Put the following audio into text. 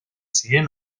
zien